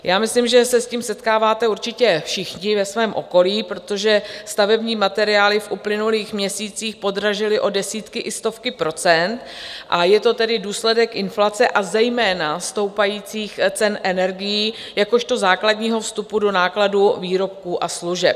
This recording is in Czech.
Já myslím, že se s tím setkáváte určitě všichni ve svém okolí, protože stavební materiály v uplynulých měsících podražily o desítky i stovky procent, a je to tedy důsledek inflace a zejména stoupajících cen energií jakožto základního vstupu do nákladů výrobků a služeb.